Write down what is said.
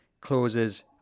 closes